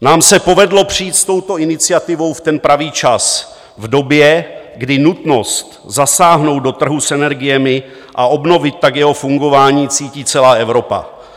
Nám se povedlo přijít s touto iniciativou v ten pravý čas, v době, kdy nutnost zasáhnout do trhu s energiemi a obnovit tak jeho fungování cítí celá Evropa.